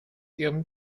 ihrem